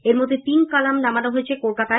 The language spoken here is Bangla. এর মধ্যে তিন কলাম নামানো হয়েছে কলকাতায়